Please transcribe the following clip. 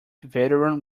veteran